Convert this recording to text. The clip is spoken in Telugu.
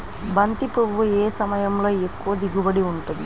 బంతి పువ్వు ఏ సమయంలో ఎక్కువ దిగుబడి ఉంటుంది?